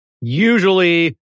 Usually